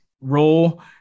role